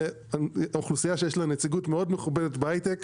זו אוכלוסייה שיש לה נציגות מאוד מכובדת בהייטק.